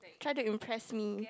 try to impress me